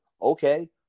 okay